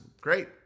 Great